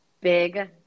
big